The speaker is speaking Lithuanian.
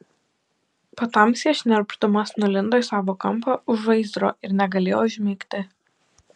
patamsyje šnirpšdamas nulindo į savo kampą už žaizdro ir negalėjo užmigti